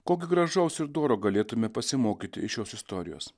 ko gi gražaus ir doro galėtume pasimokyti iš šios istorijos